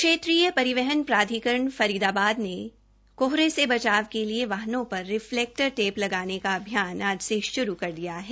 क्षेत्रीय परिवहन प्रधिकरण फरीदाबाद ने कोहरे के बचाव के लिए वाहनों पर रिफ्लेक्टर टेप लगाने का अभियान आज से शुरू कर दिया है